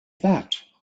that